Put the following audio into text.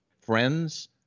friends